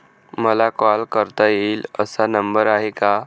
मला कॉल करता येईल असा नंबर आहे का?